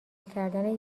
کردن